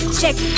check